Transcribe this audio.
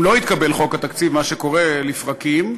אם לא יתקבל חוק התקציב, מה שקורה לפרקים,